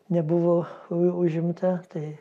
nebuvo užimta tai